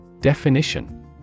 Definition